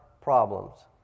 problems